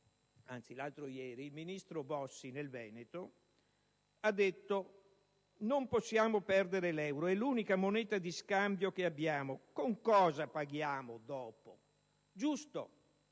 L'altro ieri il ministro Bossi nel Veneto ha detto che non possiamo perdere l'euro, è l'unica moneta di scambio che abbiamo; con cosa pagheremmo dopo? Giusto.